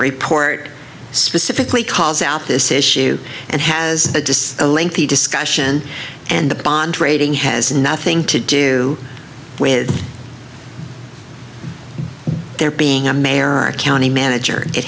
report specifically calls out this issue and has a disc lengthy discussion and the bond rating has nothing to do with their being a mayor or our county manager it